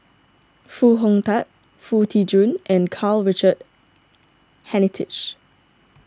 Foo Hong Tatt Foo Tee Jun and Karl Richard Hanitsch